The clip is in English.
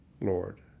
Lord